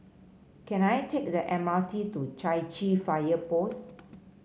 can I take the M R T to Chai Chee Fire Post